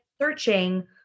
searching